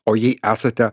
o jei esate